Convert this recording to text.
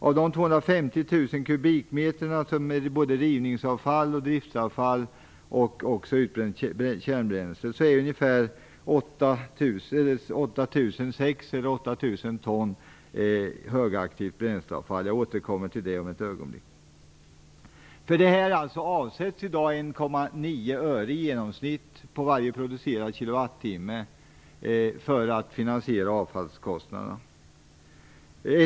Av dessa 250 000 kubikmeter, vari ingår rivningsavfall, driftsavfall och utbränt kärnbränsle, är ungefär 8 000 ton högaktivt bränsleavfall. Jag återkommer till det om ett ögonblick. För att finansiera kostnaderna för detta avfall avsätts i dag i genomsnitt 1,9 öre per producerad kilowattimme.